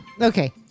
Okay